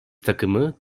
takımı